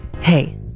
Hey